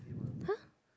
!huh!